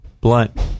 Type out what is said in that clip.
blunt